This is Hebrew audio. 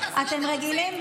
אין סיכוי לאסדרה.